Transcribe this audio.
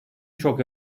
çok